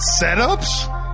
setups